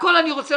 הכול אני רוצה.